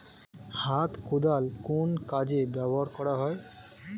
হাত কোদাল কোন কাজে ব্যবহার করা হয়?